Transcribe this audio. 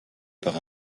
par